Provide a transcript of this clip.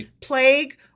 plague